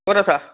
ক'ত আছা